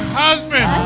husband